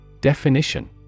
Definition